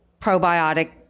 probiotic